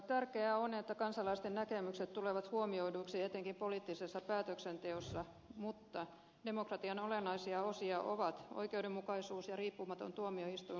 tärkeää on että kansalaisten näkemykset tulevat huomioiduiksi etenkin poliittisessa päätöksenteossa mutta demokratian olennaisia osia ovat oikeudenmukaisuus ja riippumaton tuomioistuinlaitos